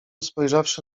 spojrzawszy